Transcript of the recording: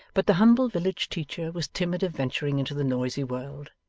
but the humble village teacher was timid of venturing into the noisy world,